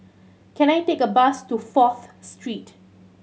can I take a bus to Fourth Street